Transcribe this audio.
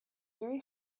very